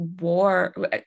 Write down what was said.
war